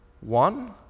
one